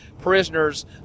prisoners